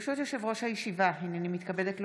ברשות יושב-ראש הישיבה, הינני מתכבדת להודיעכם,